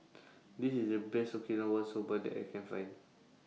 This IS The Best Okinawa Soba that I Can Find